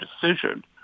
decision